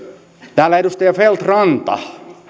täällä edustaja feldt ranta